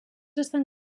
estan